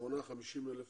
שמונה 50,000 תושבים.